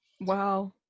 wow